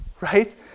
right